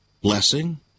Blessing